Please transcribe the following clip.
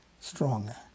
stronger